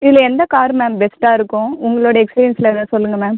இதில் எந்த car ma'am பெஸ்ட்டாக இருக்கும் உங்களுடைய எக்ஸ்பிரியன்ஸ்ல எதாவது சொல்லுங்கள் மேம்